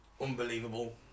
unbelievable